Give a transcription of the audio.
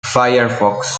firefox